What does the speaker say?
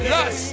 Yes